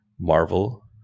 Marvel